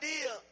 idea